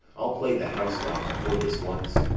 i'll play the housewife for this once.